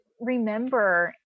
remember